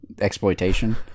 Exploitation